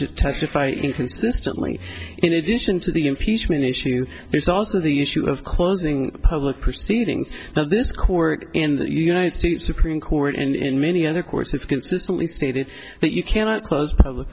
just testify inconsistently in addition to the impeachment issue there's also the issue of closing public proceedings now this court in the united states supreme court and in many other courts have consistently stated that you cannot close public